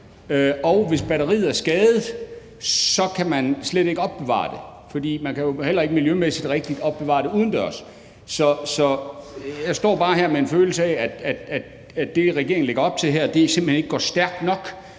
Og hvis batteriet er skadet, kan man slet ikke opbevare det, fordi man heller ikke miljømæssigt rigtigt kan opbevare det udendørs. Så jeg står bare her med en følelse af, at det, som regeringen lægger op til her, simpelt hen ikke går stærkt nok.